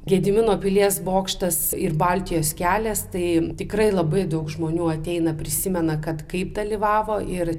gedimino pilies bokštas ir baltijos kelias tai tikrai labai daug žmonių ateina prisimena kad kaip dalyvavo ir